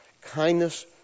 Kindness